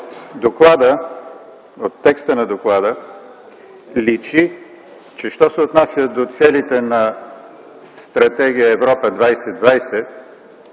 От текста на доклада личи, че що се отнася до целите на Стратегия „Европа 2020”,